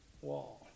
wall